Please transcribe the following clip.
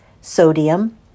sodium